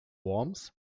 worms